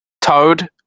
Toad